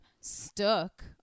stuck